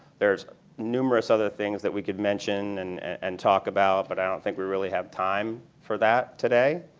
there is numerous other things that we can mention a and and talk about, but i don't think we really have time for that today.